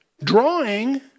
drawing